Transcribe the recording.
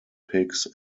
pigs